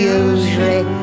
usually